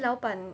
老板